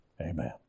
Amen